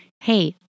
hey